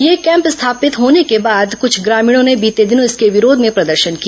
यह कैम्प स्थापित होने के बाद कुछ ग्रामीणों ने बीते दिनों इसके विरोध मेँ प्रदर्शन किया